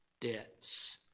debts